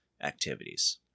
activities